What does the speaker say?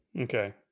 Okay